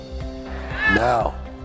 Now